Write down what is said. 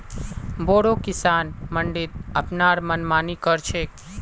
बोरो किसान मंडीत अपनार मनमानी कर छेक